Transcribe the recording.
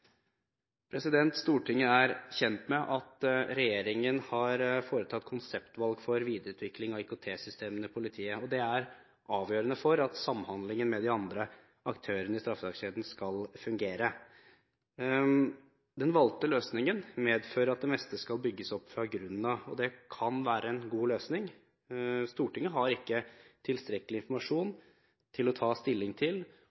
Stortinget er kjent med at regjeringen har foretatt konseptvalg for videreutvikling av IKT-systemene i politiet, og det er avgjørende for at samhandlingen med de andre aktørene i straffesakskjeden skal fungere. Den valgte løsningen medfører at det meste skal bygges opp fra grunnen av, og det kan være en god løsning. Stortinget har ikke tilstrekkelig informasjon til